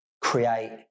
create